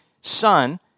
son